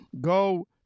go